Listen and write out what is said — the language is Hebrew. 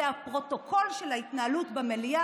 זה הפרוטוקול של ההתנהלות במליאה.